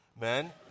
Men